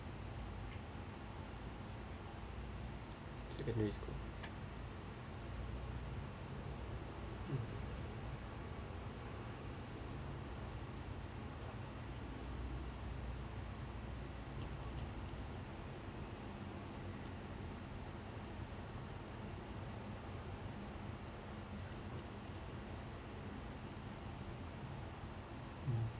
at least mm